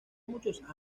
muchos